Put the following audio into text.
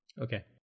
Okay